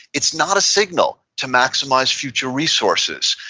it's not a signal to maximize future resources,